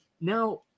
now